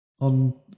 on